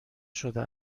شده